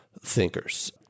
thinkers